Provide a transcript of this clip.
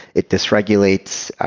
it dysregulates